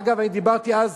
אגב, אני דיברתי אז